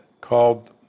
called